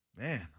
man